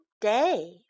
day